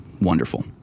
wonderful